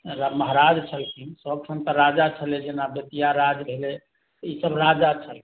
महराज छलखिन सभठाम तऽ राजा छलै जेना बेतिया राज भेलै ई सभ राजा छलखिन